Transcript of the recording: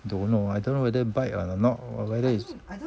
don't know I don't know whether bite or not or whether is it